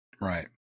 Right